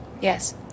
Yes